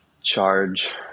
charge